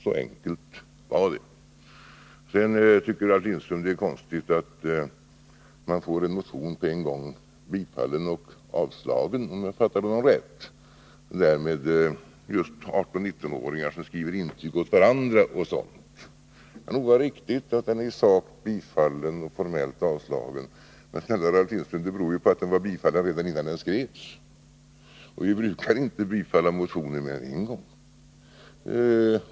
Så enkelt är det. Ralf Lindström tycker — om jag fattade honom rätt — att det är konstigt att en motion på en gång blir både tillstyrkt och avstyrkt. Han syftade på motion 920, där man tar upp det förhållandet att 18-19-åringar skriver intyg åt varandra. Det kan nog vara riktigt att motionen i sak är tillstyrkt och formellt avstyrkt. Men det beror på att den så att säga var bifallen redan innan den väcktes — och vi brukar inte bifalla motioner mer än en gång.